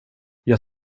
jag